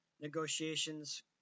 Negotiations